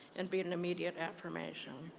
and be an immediate affirmation.